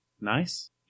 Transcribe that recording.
Nice